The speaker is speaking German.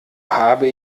habe